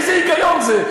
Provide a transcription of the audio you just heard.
איזה היגיון זה?